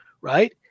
right